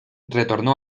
retornó